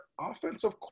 offensive